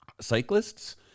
cyclists